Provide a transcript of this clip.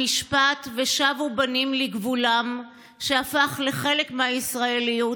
המשפט "ושבו בנים לגבולם", שהפך לחלק מהישראליות,